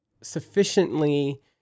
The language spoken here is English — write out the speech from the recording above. sufficiently